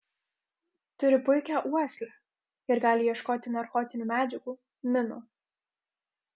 turi puikią uoslę ir gali ieškoti narkotinių medžiagų minų